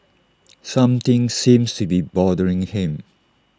something seems to be bothering him